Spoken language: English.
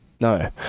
no